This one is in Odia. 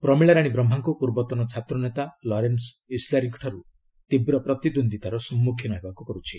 ପ୍ରମିଳା ରାଣୀ ବ୍ରହ୍ମାଙ୍କୁ ପୂର୍ବତନ ଛାତ୍ରନେତା ଲରେନ୍ସ ଇସ୍ଲାରୀଙ୍କଠାରୁ ତୀବ୍ର ପ୍ରତିଦ୍ୱନ୍ଦିତାର ସମ୍ମୁଖୀନ ହେବାକୁ ପଡୁଛି